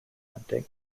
hunting